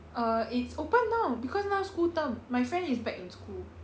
err it's open now because now school term my friend is back in school